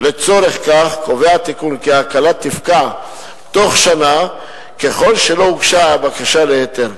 לצורך כך קובע התיקון כי ההקלה תפקע בתוך שנה ככל שלא הוגשה בקשה להיתר.